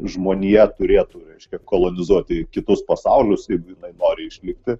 žmonija turėtų reiškia kolonizuoti kitus pasaulius jeigu jinai nori išlikti